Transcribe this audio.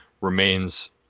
remains